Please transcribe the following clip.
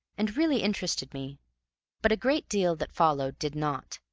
and really interested me but a great deal that followed did not,